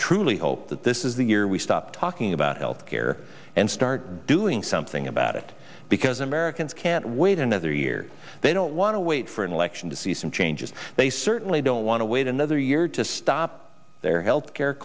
truly hope that this is the year we stop talking about health care and start doing something about it because americans can't wait another year they don't want to wait for an election to see some changes they certainly don't want to wait another year to stop their health care